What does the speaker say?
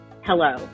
Hello